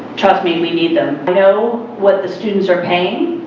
trust me, we need them. know what the students are paying,